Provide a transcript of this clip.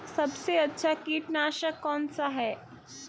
सबसे अच्छा कीटनाशक कौनसा है?